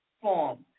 form